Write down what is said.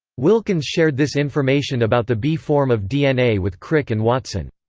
wilkins shared this information about the b form of dna with crick and watson.